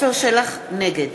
נגד